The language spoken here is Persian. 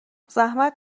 زحمت